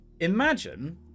Imagine